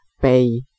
pay